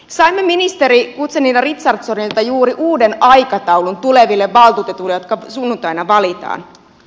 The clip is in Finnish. saimme ministeri guzenina richardsonilta juuri uuden aikataulun tuleville valtuutetuille jotka sunnuntaina valitaan